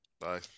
Bye